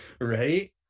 Right